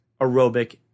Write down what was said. aerobic